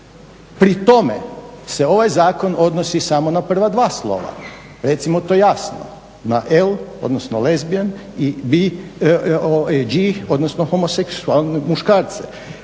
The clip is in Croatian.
Pri tome se ovaj zakon odnosi na prva dva slova, recimo to jasno. Na L odnosno lezbijen i G odnosno homoseksualne muškarce.